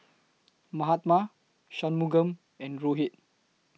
Mahatma Shunmugam and Rohit